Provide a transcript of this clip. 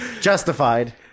Justified